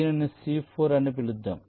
దీనిని C4 అని పిలుద్దాం